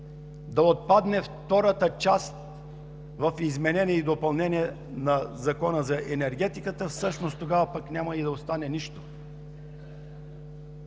да отпадне втората част в изменение и допълнение на Закона за енергетиката, всъщност тогава пък няма да остане нищо.